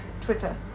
twitter